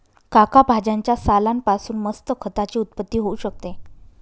काका भाज्यांच्या सालान पासून मस्त खताची उत्पत्ती होऊ शकते